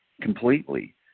completely